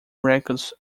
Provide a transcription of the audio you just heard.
records